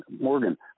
morgan